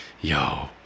yo